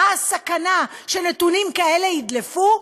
מה הסכנה שנתונים כאלה ידלפו?